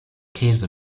käse